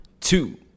two